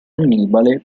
annibale